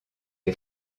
les